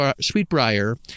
Sweetbriar